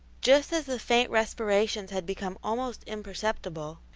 just as the faint respirations had become almost imperceptible,